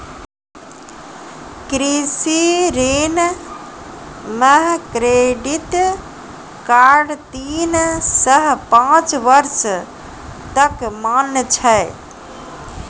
कृषि ऋण मह क्रेडित कार्ड तीन सह पाँच बर्ष तक मान्य छै